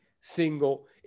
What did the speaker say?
single